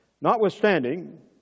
Notwithstanding